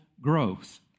growth